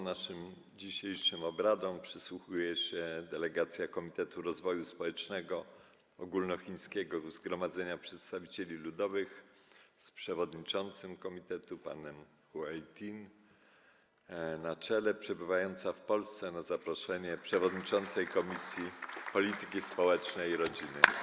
Naszym dzisiejszym obradom przysłuchuje się delegacja Komitetu Rozwoju Społecznego Ogólnochińskiego Zgromadzenia Przedstawicieli Ludowych z przewodniczącym komitetu panem He Yiting na czele, która przebywa w Polsce na zaproszenie przewodniczącej Komisji Polityki Społecznej i Rodziny.